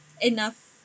enough